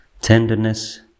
tenderness